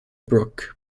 brooke